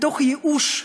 מתוך ייאוש,